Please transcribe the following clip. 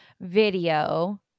video